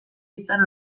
izan